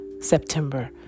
September